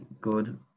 good